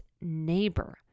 neighbor